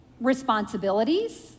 responsibilities